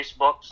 facebook